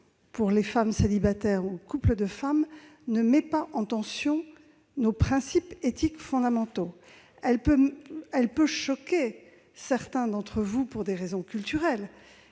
pour les femmes célibataires ou pour les couples de femmes ne met pas en tension nos principes éthiques fondamentaux. Elle peut choquer certains d'entre vous pour des raisons culturelles,